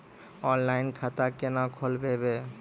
Online खाता केना खोलभैबै?